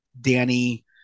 Danny